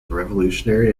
revolutionary